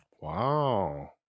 Wow